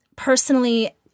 personally